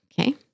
Okay